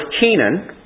Kenan